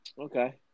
Okay